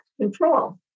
control